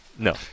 No